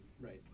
Right